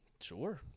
Sure